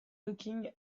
looking